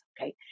okay